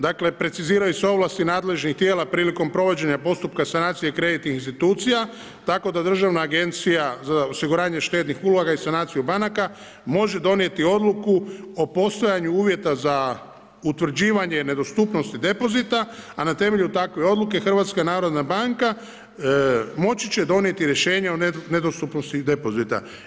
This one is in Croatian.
Dakle, preciziraju se ovlasti nadležnih tijela prilikom provođenja postupka sanacije kreditnih institucija tako da Državna agencija za osiguranje štednih uloga i sanaciju banaka može donijeti odluku o postojanju uvjeta za utvrđivanje nedostupnosti depozita, a na temelju takve odluke Hrvatska narodna banka moći će donijeti rješenje o nedostupnosti depozita.